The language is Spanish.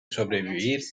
sobrevivir